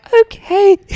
okay